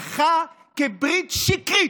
תעלו אחר כך ותענו לו.